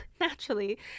naturally